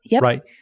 right